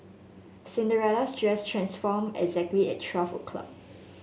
Cinderella's dress transformed exactly at twelve o' clock